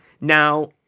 Now